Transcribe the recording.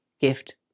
gift